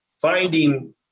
finding